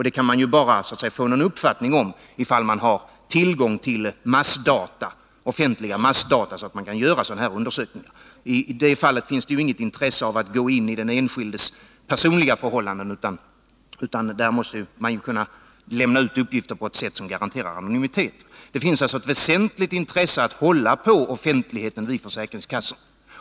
Det kan man få en uppfattning om bara om man har tillgång till offentliga massdata. Då kan man göra undersökningar av det slaget. I det fallet har man ju inte intresse av att gå in på den enskildes personliga förhållanden, utan då måste man kunna lämna ut uppgifter på ett sätt som garanterar anonymitet. Det finns alltså ett väsentligt intresse av att hålla på offentlighetsprincipen vid försäkringskassorna.